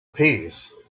peace